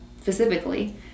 specifically